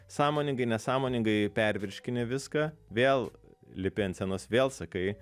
sąmoningai nesąmoningai pervirškini viską vėl lipi ant scenos vėl sakai